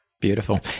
Beautiful